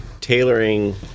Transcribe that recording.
tailoring